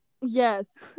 Yes